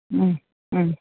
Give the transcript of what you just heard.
മ്മ് മ്മ്